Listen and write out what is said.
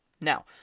Now